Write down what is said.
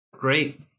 Great